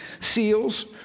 SEALs